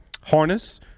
harness